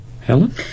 helen